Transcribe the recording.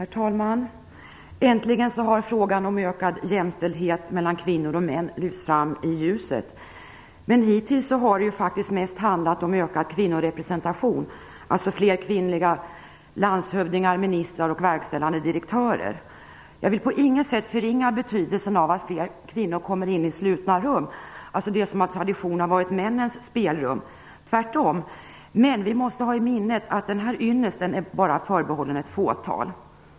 Herr talman! Äntligen har frågan om ökad jämställdhet mellan kvinnor och män lyfts fram i ljuset. Men hittills har det faktiskt mest handlat om ökad kvinnorepresentation, dvs. fler kvinnliga landshövdingar, ministrar och verkställande direktörer. Jag vill på inget sätt förringa betydelsen av att fler kvinnor kommer in i slutna rum, det som av tradition har varit männens spelrum - tvärtom - men vi måste ha i minnet att den här ynnesten bara är förbehållen ett fåtal.